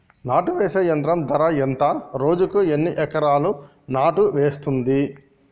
నాటు వేసే యంత్రం ధర ఎంత రోజుకి ఎన్ని ఎకరాలు నాటు వేస్తుంది?